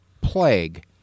plague